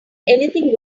anything